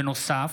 בנוסף,